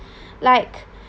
like